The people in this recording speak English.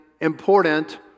important